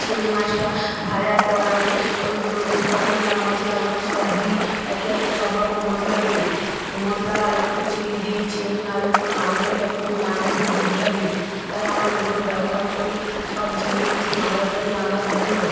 চিংড়ি মাছটা ভাজার পর আমি ওইগুলোতে যখন মশলাগুলো সব দিই একে একে সব রকম মশলা দিই মশলা আর একটু চিনি দিই চিনি আর একটু নারকেলটা কুড়িয়ে নারকেলের দুধটা দিই তাই আমার এগুলো ব্যবহার করি সব চিংড়ি মাছের মালাইকারি রাঁধার জন্য